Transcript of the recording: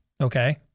Okay